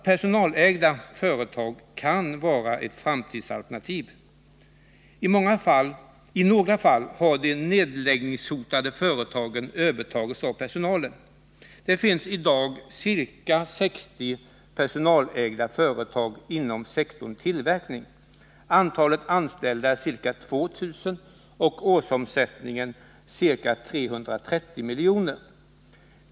Personalägda företag kan vara ett framtidsalternativ. I några fall har de nedläggningshotade företagen övertagits av personalen. Det finns i dag ca 60 personalägda företag inom sektorn tillverkning. Antalet anställda är ca 2 000 och årsomsättningen ca 330 milj.kr.